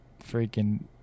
freaking